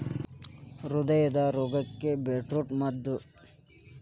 ಹೃದಯದ ರೋಗಕ್ಕ ಬೇಟ್ರೂಟ ಮದ್ದ